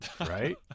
right